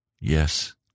Yes